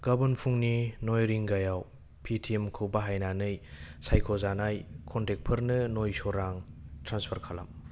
गाबोन फुंनि नौ रिंगायाव पेटिएमखौ बाहायनानै सायख'जानाय क'नटेक्टफोरनो नौस' रां ट्रेन्सफार खालाम